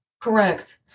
Correct